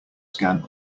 scan